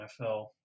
NFL